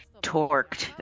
torqued